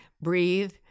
breathe